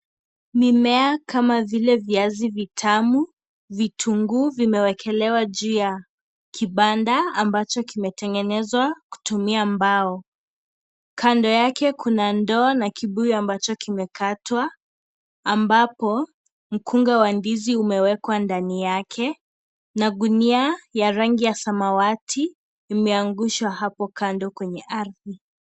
Mimea kama vile Viazi vitamu, vitunguu vimewekelewa juu ya kibanda ambacho kimetengenezwa kutumia mbao. Kando yake kuna ndoo na kibuyu ambacho kimekatwa ambapo mkunga wa ndizi umewekwa ndani yake na gunia ya rangi ya samawati imeangushwa hapo Kando kwenye ardhi.